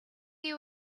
you